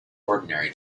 ordinary